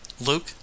Luke